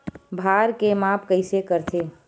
भार के माप कइसे करथे?